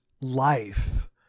life